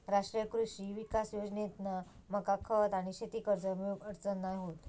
राष्ट्रीय कृषी विकास योजनेतना मका खत आणि शेती कर्ज मिळुक अडचण नाय होत